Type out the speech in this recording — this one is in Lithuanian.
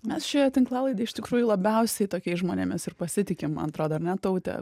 mes šioje tinklalaidėj iš tikrųjų labiausiai tokiais žmonėmis ir pasitikim man atrodo ane taute